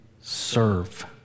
serve